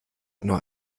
nur